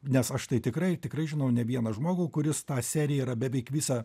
nes aš tai tikrai tikrai žinau ne vieną žmogų kuris tą seriją yra beveik visą